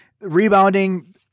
rebounding